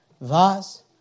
Thus